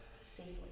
Safely